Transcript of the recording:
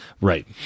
Right